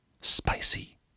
spicy